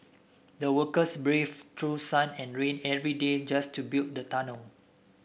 the workers braved through sun and rain every day just to build the tunnel